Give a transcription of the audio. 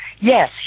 Yes